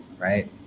right